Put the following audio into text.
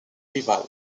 rivale